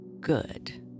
good